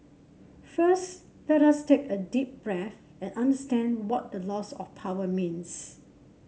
first let us take a deep breath and understand what the loss of power means